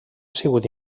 sigut